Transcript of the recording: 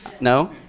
No